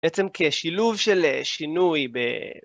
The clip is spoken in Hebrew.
בעצם כשילוב של שינוי ב...